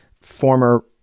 former